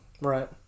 Right